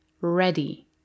Ready